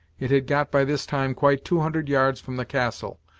it had got by this time quite two hundred yards from the castle,